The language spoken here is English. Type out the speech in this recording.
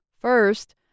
First